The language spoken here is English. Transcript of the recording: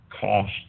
cost